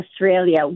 Australia